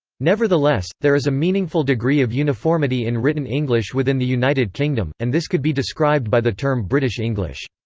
nevertheless, there is a meaningful degree of uniformity in written english within the united kingdom, and this could be described by the term british english.